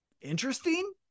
interesting